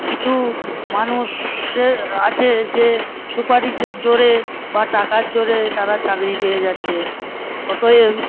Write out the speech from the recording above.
কিছু মানুষের আছে যে সুপারিশের জোরে বা টাকার জোরে তারা চাকরি পেয়ে যাচ্ছে অতএব